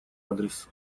адрес